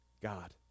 God